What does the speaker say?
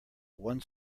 one